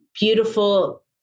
beautiful